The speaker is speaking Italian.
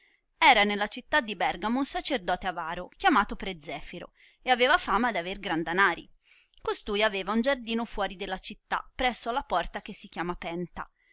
era nella città di bergamo un sacerdote avaro chiamato pre zefiro e aveva fama di aver gran danari costui aveva un giardino fuori della città presso alla porta che si chiama penta